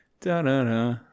Da-da-da